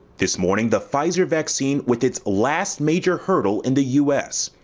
this morning, the pfizer vaccine with its last major hurdle in the u s.